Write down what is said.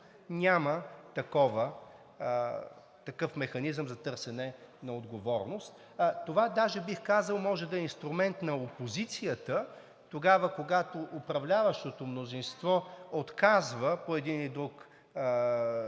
няма такъв механизъм за търсене на отговорност. Това даже, бих казал, може да е инструмент на опозицията тогава, когато управляващото мнозинство отказва по един или друг начин